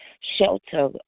shelter